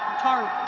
taryn